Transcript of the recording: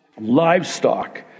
livestock